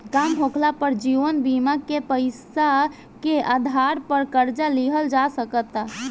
काम होखाला पर जीवन बीमा के पैसा के आधार पर कर्जा लिहल जा सकता